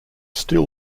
still